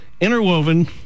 interwoven